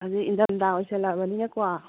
ꯑꯗꯨ ꯏꯪꯗꯝꯗꯥ ꯑꯣꯏꯁꯜꯂꯛꯑꯕꯅꯤꯅꯀꯣ